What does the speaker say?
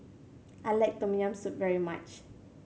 I like Tom Yam Soup very much